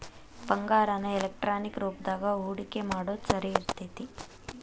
ಬಂಗಾರಾನ ಎಲೆಕ್ಟ್ರಾನಿಕ್ ರೂಪದಾಗ ಹೂಡಿಕಿ ಮಾಡೊದ್ ಸರಿ ಇರ್ತೆತಿ